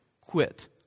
quit